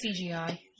CGI